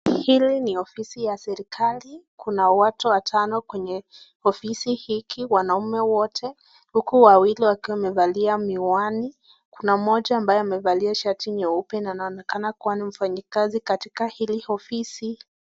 Hili ni ofisi ya serikali. Kuna watu watano kwenye ofisi hiki, wanaume wote uku wawili wakiwa wamevalia miwani. Kuna mmoja ambaye amevalia shati nyeupe na anaonekana kuwa ni mfanyikazi katika hili ofisi.